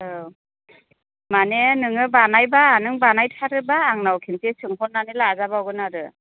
औ माने नोङो बानायब्ला नों बानायथारोब्ला आंनाव खेनसे सोंहरनानै लाजाबावगोन आरो